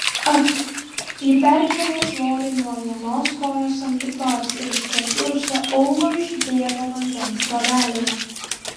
ak ji perkėlė svorį nuo vienos kojos ant kitos ir iš prakiurusio aulo išbėgo vandens srovelė